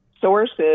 sources